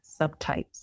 subtypes